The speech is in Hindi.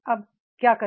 अब क्या करें